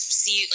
see